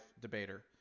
debater